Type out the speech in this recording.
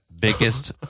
Biggest